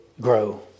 grow